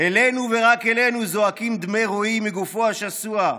"אלינו ורק אלינו זועקים דמי רועי מגופו השסוע,